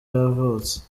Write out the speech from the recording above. yavutse